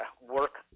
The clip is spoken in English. work